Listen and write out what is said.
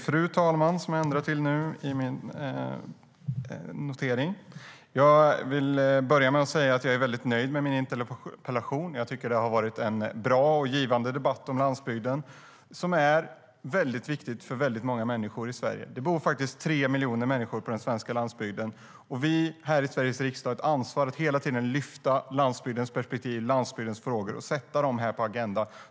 Fru talman! Jag vill börja med att säga att jag är väldigt nöjd med den här interpellationsdebatten. Jag tycker att det har varit en bra och givande debatt om landsbygden, som ju är väldigt viktig för väldigt många människor i Sverige. Det bor faktiskt tre miljoner människor på den svenska landsbygden, och vi här i Sveriges riksdag har ett ansvar att hela tiden lyfta landsbygdens perspektiv och frågor och sätta dem på agendan.